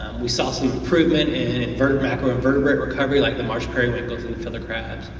we saw some improvement in macroinvertebrate recovery, like the marsh periwinkles and fiddler crabs.